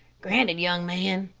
granted, young man,